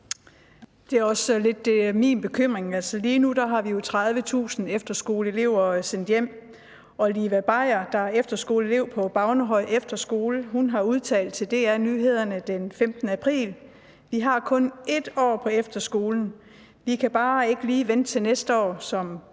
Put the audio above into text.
Det er også lidt min bekymring. Altså, lige nu har vi jo 30.000 efterskoleelever, som er sendt hjem. Og Liva Beyer, der er efterskoleelev på Baunehøj Efterskole har udtalt til DR Nyheder den 15. april: Vi har kun 1 år på efterskolen. Vi kan bare ikke lige vente til næste år, som